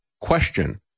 question